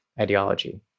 ideology